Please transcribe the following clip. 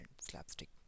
slapstick